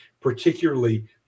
particularly